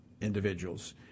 individuals